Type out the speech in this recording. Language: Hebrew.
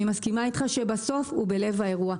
אני מסכימה איתך שבסוף הוא בלב האירוע.